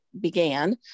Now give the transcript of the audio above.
began